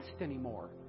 anymore